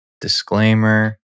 Disclaimer